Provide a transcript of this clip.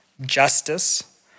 justice